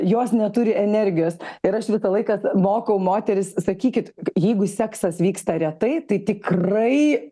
jos neturi energijos ir aš visą laiką mokau moteris sakykit jeigu seksas vyksta retai tai tikrai